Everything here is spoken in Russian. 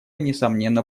несомненно